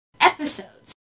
episodes